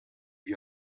you